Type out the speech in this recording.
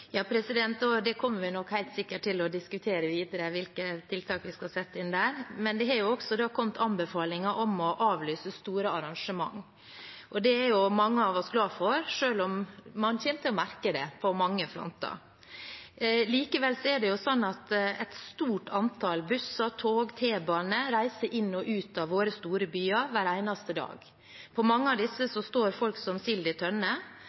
Vi kommer nok helt sikkert til å diskutere videre hvilke tiltak vi skal sette inn der. Men det er jo også kommet anbefalinger om å avlyse store arrangementer. Det er mange av oss glad for, selv om man kommer til å merke det på mange fronter. Likevel er det sånn at et stort antall busser, tog og T-baner reiser inn og ut av våre store byer hver eneste dag. På mange av disse står folk som sild i tønne,